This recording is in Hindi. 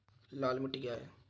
लाल मिट्टी क्या है?